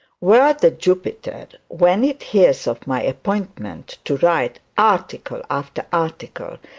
were the jupiter, when it hears of my appointment, to write article after article,